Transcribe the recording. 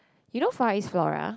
you know Far-East-Plaze